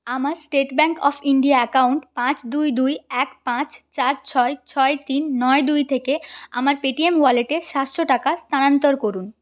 আমার state bank of India account পাঁচ দুই দুই এক পাঁচ চার ছয় ছয় তিন নয় দুই থেকে আমার পেটিএম ওয়ালেটে সাতশো টাকা স্থানান্তর করুন